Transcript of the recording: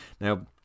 Now